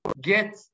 get